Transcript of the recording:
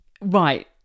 Right